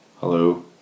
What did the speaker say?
Hello